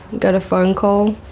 got a phone call.